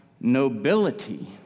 nobility